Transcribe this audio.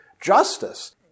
justice